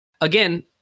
again